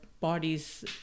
Bodies